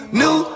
new